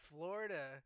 Florida